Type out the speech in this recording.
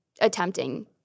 attempting